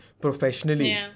professionally